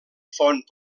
font